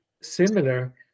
similar